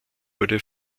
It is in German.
wurde